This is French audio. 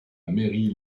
mairie